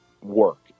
work